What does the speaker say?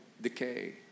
decay